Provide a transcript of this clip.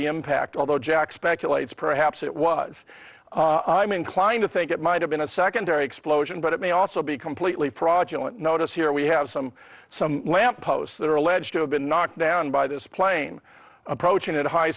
the impact although jack speculates perhaps it was i'm inclined to think it might have been a secondary explosion but it may also be completely fraudulent notice here we have some some lamp posts that are alleged to have been knocked down by this plane approaching at high